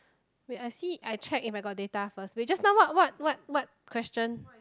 wait I see I check if I got data first wait just now what what what question